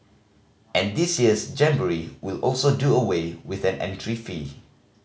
and this year's jamboree will also do away with an entry fee